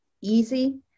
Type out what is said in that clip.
easy